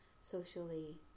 socially